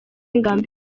ngambiriye